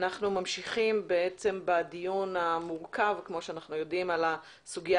אנחנו ממשיכים בדיון המורכב על הסוגיה